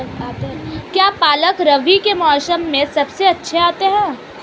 क्या पालक रबी के मौसम में सबसे अच्छा आता है?